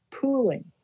pooling